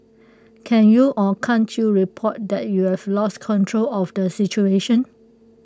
can you or can't you report that you've lost control of the situation